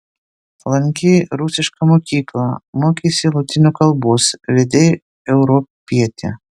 lankei rusišką mokyklą mokeisi lotynų kalbos vedei europietę